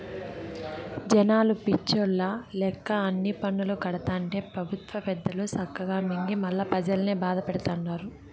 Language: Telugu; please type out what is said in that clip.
జనాలు పిచ్చోల్ల లెక్క అన్ని పన్నులూ కడతాంటే పెబుత్వ పెద్దలు సక్కగా మింగి మల్లా పెజల్నే బాధతండారు